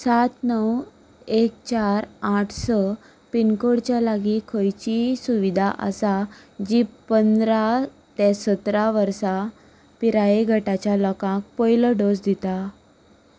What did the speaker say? सात णव एक चार आठ स पिनकोडच्या लागीं खंयचीय सुविधा आसा जी पंदरा ते सतरा वर्सां पिराय गटाच्या लोकांक पयलो डोस दिता